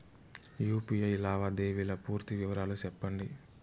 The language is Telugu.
యు.పి.ఐ లావాదేవీల పూర్తి వివరాలు సెప్పండి?